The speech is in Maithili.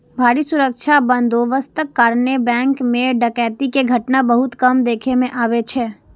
भारी सुरक्षा बंदोबस्तक कारणें बैंक मे डकैती के घटना बहुत कम देखै मे अबै छै